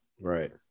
right